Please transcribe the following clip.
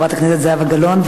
חברת הכנסת זהבה גלאון,